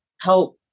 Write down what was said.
help